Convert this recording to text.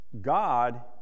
God